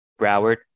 Broward